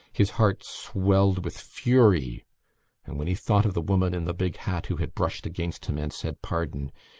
his heart swelled with fury and, when he thought of the woman in the big hat who had brushed against him and said pardon!